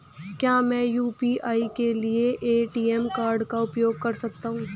क्या मैं यू.पी.आई के लिए ए.टी.एम कार्ड का उपयोग कर सकता हूँ?